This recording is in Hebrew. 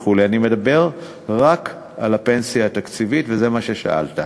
אני מדבר רק על הפנסיה התקציבית, וזה מה ששאלת.